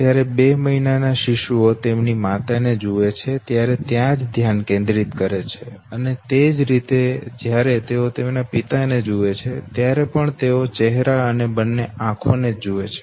જ્યારે બે મહિનાના શિશુઓ તેમની માતાને જુએ છે ત્યારે ત્યાં જ ધ્યાન કેન્દ્રિત કરે છે અને તે જ રીતે જ્યારે તેઓ તેમના પિતાને જુએ છે ત્યારે પણ તેઓ ચહેરા અને બંને આંખો ને જ જુએ છે